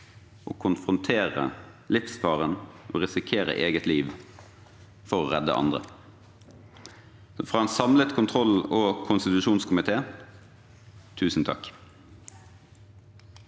konfrontere livsfaren og risikere eget liv for å redde andre. Fra en samlet kontroll- og konstitusjonskomité: Tusen takk!